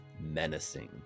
menacing